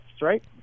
Right